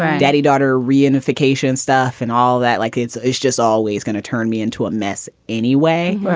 daddy daughter reunifications, stuff and all that. like, it's it's just always going to turn me into a mess anyway.